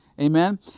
Amen